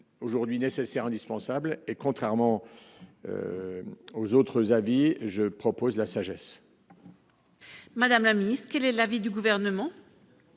aujourd'hui nécessaire, indispensable, et contrairement aux autres avis je propose la sagesse. Madame la Ministre, quel est l'avis du gouvernement.